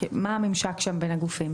מה הממשק בין הגופים?